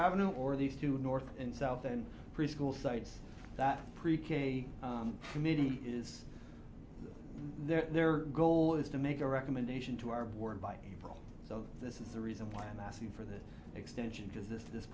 avenue or these two north and south and preschool sites that pre k committee is their goal is to make a recommendation to our board by april so this is the reason why i'm asking for this extension because this t